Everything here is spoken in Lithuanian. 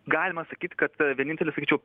galima sakyt kad vienintelė sakyčiau